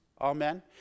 amen